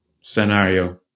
scenario